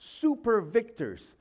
super-victors